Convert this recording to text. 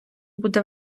буде